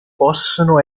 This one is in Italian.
possono